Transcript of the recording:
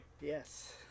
Yes